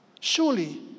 Surely